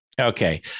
Okay